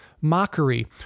mockery